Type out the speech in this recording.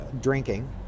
Drinking